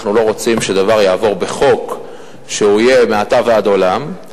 אנחנו לא רוצים שהדבר יעבור בחוק שיהיה מעתה ועד עולם.